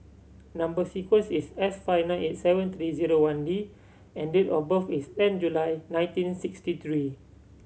number sequence is S five nine eight seven three zero one D and date of birth is ten July nineteen sixty three